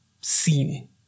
seen